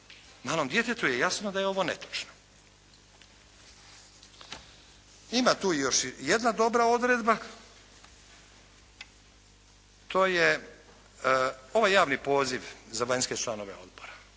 malom djetetu je jasno da je ovo netočno. Ima tu još jedna dobra odredba, to je ovaj javni poziv za vanjske članove odbora.